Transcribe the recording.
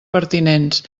pertinents